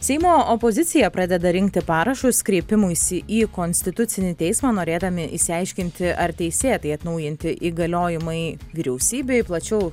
seimo opozicija pradeda rinkti parašus kreipimuisi į konstitucinį teismą norėdami išsiaiškinti ar teisėtai atnaujinti įgaliojimai vyriausybei plačiau